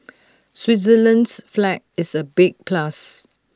Switzerland's flag is A big plus